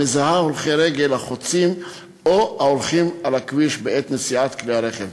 המזהה הולכי רגל החוצים או ההולכים על הכביש בעת נסיעת כלי רכב.